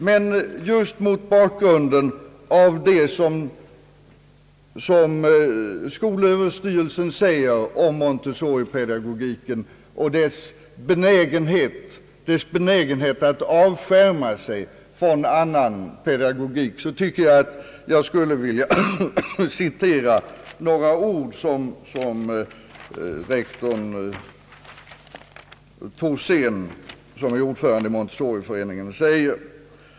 Men just mot bakgrunden av vad skolöverstyrelsen säger om Montessoripedagogiken och dess benägenhet att avskärma sig från annan pedagogik skulle jag vilja citera några ord av rektor Thorsén, som är ordförande i Montessoriföreningen.